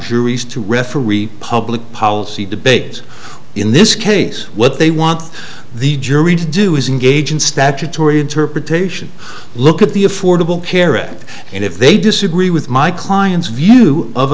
juries to referee public policy debates in this case what they want the jury to do is engage in statutory interpretation look at the affordable care act and if they disagree with my client's view of